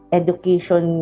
education